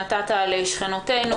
שנתת על שכנותינו.